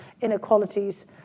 inequalities